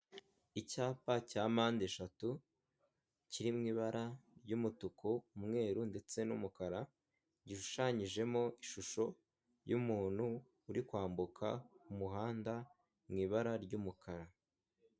Icyapa cya mpandeshatu, kiri mu ibara ry'umutuku, umwe ndetse n'umukara, gishushanyijemo ishusho y'umuntu uri kwambuka umuhanda mu ibara ry'umukara.